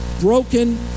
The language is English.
broken